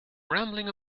rambling